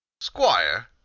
Squire